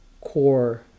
core